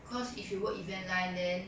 cause if you work event line then